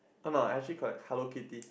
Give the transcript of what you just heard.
oh no I actually collect Hello-Kitty